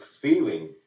feeling